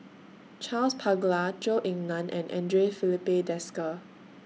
Charles Paglar Zhou Ying NAN and Andre Filipe Desker